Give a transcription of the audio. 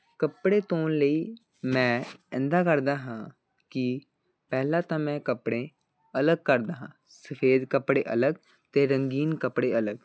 ਕਪੜੇ ਧੋਣ ਲਈ ਮੈਂ ਇੱਦਾਂ ਕਰਦਾ ਹਾਂ ਕਿ ਪਹਿਲਾਂ ਤਾਂ ਮੈਂ ਕੱਪੜੇ ਅਲੱਗ ਕਰਦਾ ਹਾਂ ਸਫੇਦ ਕੱਪੜੇ ਅਲੱਗ ਅਤੇ ਰੰਗੀਨ ਕੱਪੜੇ ਅਲੱਗ